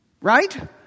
right